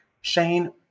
Shane